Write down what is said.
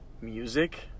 music